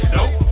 Nope